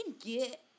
get